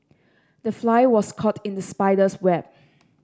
the fly was caught in the spider's web